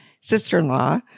sister-in-law